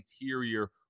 interior